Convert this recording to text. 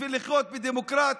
בשביל לחיות בדמוקרטיה,